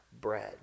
bread